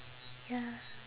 ya